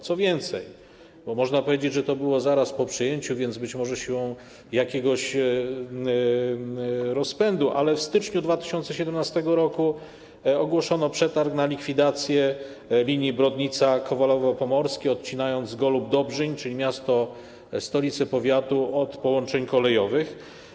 Co więcej - bo można powiedzieć, że to było zaraz po przyjęciu, więc być może siłą jakiegoś rozpędu - w styczniu 2017 r. ogłoszono przetarg na likwidację linii Brodnica-Kowalewo Pomorskie, odcinając Golub-Dobrzyń, czyli miasto stolicę powiatu, od połączeń kolejowych.